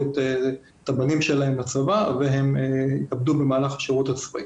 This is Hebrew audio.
את הבנים שלהם לצבא והם התאבדו במהלך השירות הצבאי.